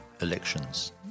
elections